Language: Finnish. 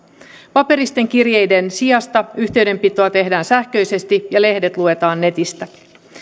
paperisten kirjeiden sijasta yhteydenpitoa tehdään sähköisesti ja lehdet luetaan netistä